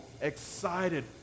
excited